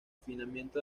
refinamiento